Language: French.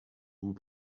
vous